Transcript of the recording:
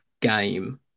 game